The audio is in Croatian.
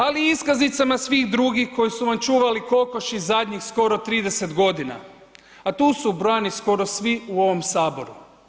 Ali i iskaznica svih drugih koji su vam čuvali kokoši zadnjih skoro 30 godina, a tu su ubrojeni skoro svi u ovom Saboru.